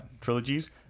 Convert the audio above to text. trilogies